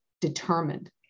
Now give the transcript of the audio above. Determined